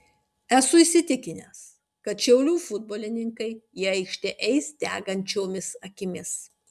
esu įsitikinęs kad šiaulių futbolininkai į aikštę eis degančiomis akimis